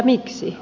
miksi